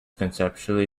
conceptually